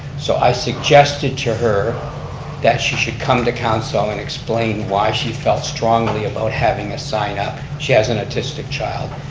so i suggested to her that she should come to council and explain why she felt strongly about having a sign up, she has an autistic child.